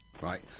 right